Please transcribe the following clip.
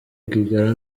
rwigara